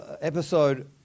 episode